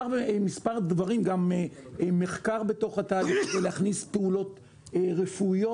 גם מחקר בתוך התהליך כדי להכניס פעולות רפואיות.